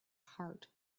heart